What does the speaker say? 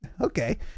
okay